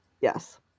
Yes